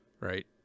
right